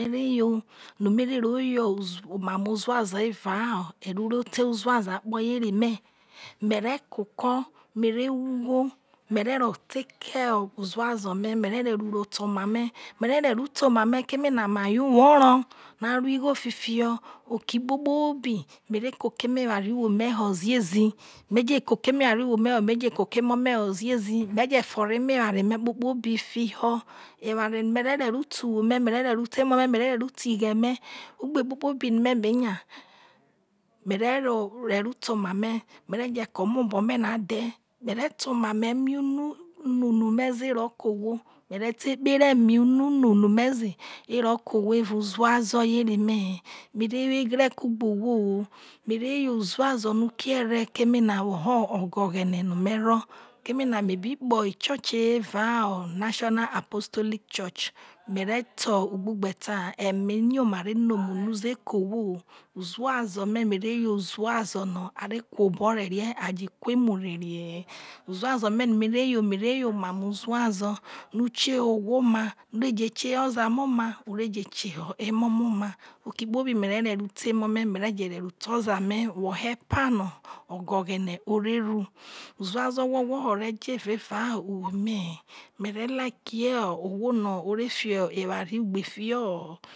No mere yo no mere ro yo emamo uzuazo evao evorote uzuazo akpo yere me mere ko oko me re wo ugho mere to take came uzuazo me mere re ro ro te oma me me mere re ro te oma me keme me aye uwo oro na alu igho fi fiho oke kpo kpobi me re koko emo eware uwo me ho ziezi me je ko eme ware uwo me hoziezimeje furo eme eware me kpokpobi fiho en are me re re rote uwome mere re te emo me me re te igheme egbe kpokpobi no me be nya re ro te om bo me na eidhi mere ta emamo eme unu no unu me ze ekpele eme unu no u nu me zehe ero ke ohoro evao uzuazo yere me he mere wo egre kugbe chwo mere yo uzuazono no ukeere woho ogoghere no me ro kemeria miebekpoichio mie bekpo ichioche evao national apostolic church mere ta ugbugbe eta ha eme yoma re no me onu ze ke ohwo uzuazo me mere you uzuazo no are kuo obo re rei he uzuazo me no me re yo me re yo emamo uzuazo uzuazo oma no ikieho oma no ore je kieho oza me oma ki eho emo me oma oke kpobi me re ve re erote emo me me re je re ero te oza me epano ogo ghene ore ru uzuazo gwogwo ho re je evao uwome heme re like o eware ugbe fho ho